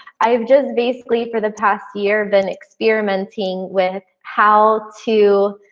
i've just basically for the past year been experimenting with how to